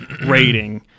rating